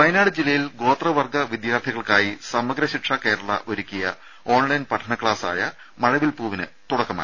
വയനാട് ജില്ലയിൽ ഗോത്രവർഗ്ഗ വിദ്യാർത്ഥികൾക്കായി സമഗ്ര ശിക്ഷാ കേരള ഒരുക്കിയ ഓൺലൈൻ പഠനക്സാസായ മഴവിൽപ്പൂവിന് തുടക്കമായി